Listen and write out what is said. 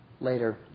later